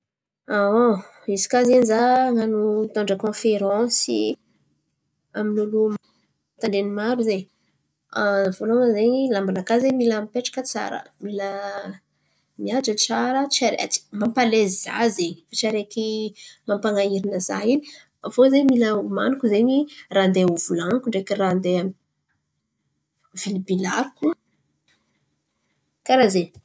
Izy kà zen̈y za han̈ano hitondra kônferansy amin'olo mitandren̈y maro zen̈y. Vôlohany zen̈y lamba-nakà zen̈y mila mipetraka tsara mila mihaja tsara tsy araiky, mampalaizy za zen̈y tsy araiky mampanahiran̈a za in̈y. Aviô zen̈y mila omaniko zen̈y raha handeha ovolan̈iko ndreky raha handeha vilibilariko. Karà zen̈y.